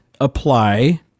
apply